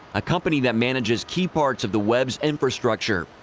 a company that manages key parts of the web's infrastructure.